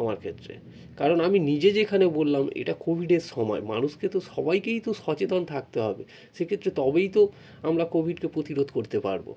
আমার ক্ষেত্রে কারণ আমি নিজে যেখানে বললাম এটা কোভিডের সময় মানুষকে তো সবাইকেই তো সচেতন থাকতে হবে সেক্ষেত্রে তবেই তো আমরা কোভিডকে প্রতিরোধ করতে পারবো